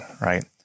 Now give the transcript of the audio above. Right